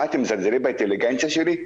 מה, אתם מזלזלים באינטליגנציה שלי?